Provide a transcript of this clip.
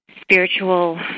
spiritual